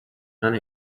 and